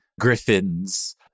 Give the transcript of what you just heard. griffins